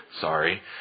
Sorry